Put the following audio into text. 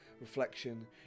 reflection